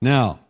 Now